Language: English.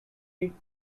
eighth